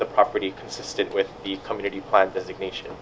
the property consistent with the community plan this ignition